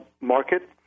market